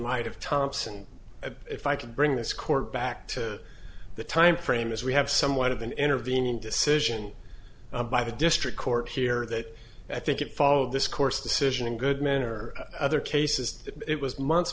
light of thompson if i could bring this court back to the time frame as we have somewhat of an intervening decision by the district court here that i think it followed this course decision in good manner other cases that it was months